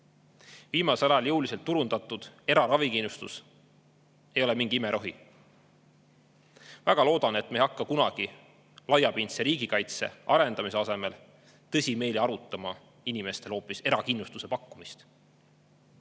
Viimasel ajal jõuliselt turundatud eraravikindlustus ei ole mingi imerohi. Väga loodan, et me ei hakka kunagi laiapindse riigikaitse arendamise asemel tõsimeeli arutama inimestele hoopis erakindlustuse pakkumist.